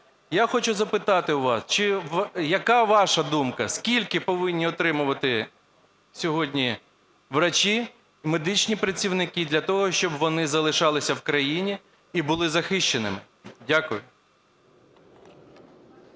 Я хочу запитати у вас, яка ваша думка, скільки повинні отримувати сьогодні лікарі, медичні працівники для того, щоб вони залишалися в країні і були захищеними? Дякую.